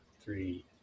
three